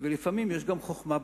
לפעמים יש גם חוכמה בגויים,